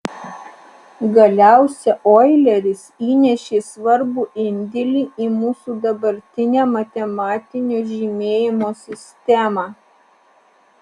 galiausia oileris įnešė svarbų indėlį į mūsų dabartinę matematinio žymėjimo sistemą